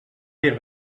dir